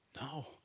No